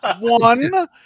One